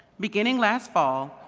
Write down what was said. beginning last fall,